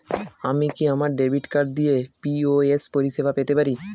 আমি কি আমার ডেবিট কার্ড দিয়ে পি.ও.এস পরিষেবা পেতে পারি?